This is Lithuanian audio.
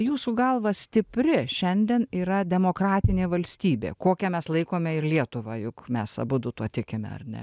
jūsų galva stipri šiandien yra demokratinė valstybė kokią mes laikome ir lietuvą juk mes abudu tuo tikime ar ne